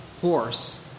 horse